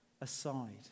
aside